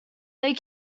they